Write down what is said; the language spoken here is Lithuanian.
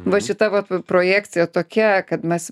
va šita vat projekcija tokia kad mes